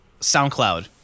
SoundCloud